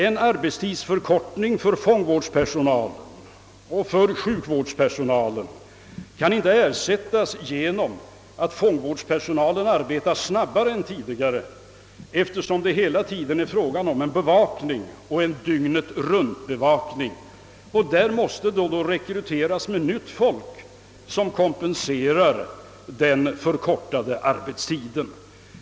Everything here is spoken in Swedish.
En arbetstidsförkortning för fångvårdspersonalen och för sjukvårdspersonalen kan inte ersättas genom att fångvårdspersonalen arbetar snabbare än tidigare, eftersom det är fråga om en dygnetrunt-bevakning. Nytt folk måste då rekryteras som kompenserar den förkortade arbetstiden.